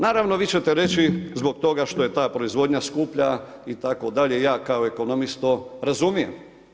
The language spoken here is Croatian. Naravno, vi ćete reći zbog toga što je ta proizvodnja skuplja itd., ja kao ekonomist to razumijem.